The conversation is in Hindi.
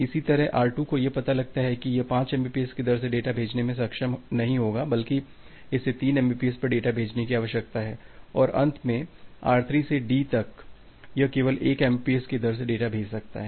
इसी तरह R2 यह पता लगाता है कि यह 5 mbps की दर से डेटा भेजने में सक्षम नहीं होगा बल्कि इसे 3 mbps पर डेटा भेजने की आवश्यकता है और अंत में R3 से D तक यह केवल 1 mbps की दर से डेटा भेज सकता है